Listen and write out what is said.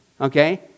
Okay